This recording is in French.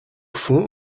fond